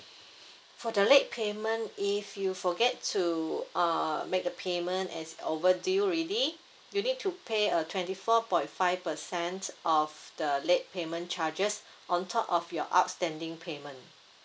for the late payment if you forget to uh make a payment and it's overdue already you need to pay a twenty four point five percent of the late payment charges on top of your outstanding payment